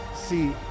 See